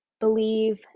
believe